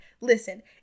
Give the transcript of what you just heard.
Listen